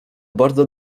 bardzo